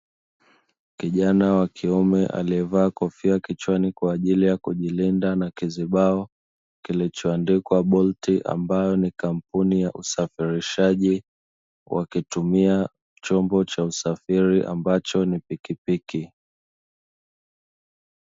Kijana wa kiume aliyevaa kofia kichwani kwa ajili ya kujilinda, na kezebao kilichoandikwa bolt ambayo ni kampuni ya usafirishaji wakitumia chombo cha usafiri ambacho ni pikipiki